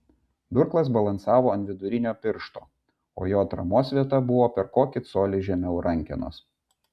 durklas balansavo ant vidurinio piršto o jo atramos vieta buvo per kokį colį žemiau rankenos